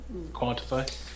Quantify